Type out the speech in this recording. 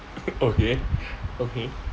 okay okay